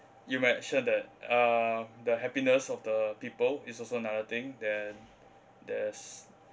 you make sure that uh the happiness of the people is also another thing then there's